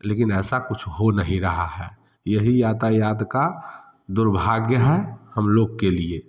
लेकिन ऐसा कुछ हो नहीं रहा है यही यातायात का दुर्भाग्य है हम लोग के लिए